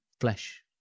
flesh